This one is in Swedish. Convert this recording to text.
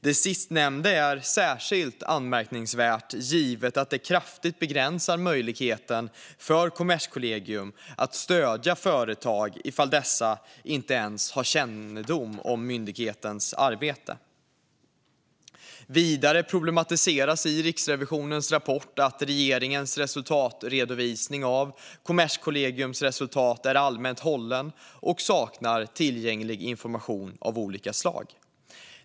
Det sistnämnda är särskilt anmärkningsvärt givet att det kraftigt begränsar möjligheten för Kommerskollegium att stödja företag om dessa inte ens har kännedom om myndighetens viktiga arbete. Vidare problematiseras i Riksrevisionens rapport att regeringens resultatredovisning av Kommerskollegiums resultat är allmänt hållen och saknar tillgänglig information av olika slag.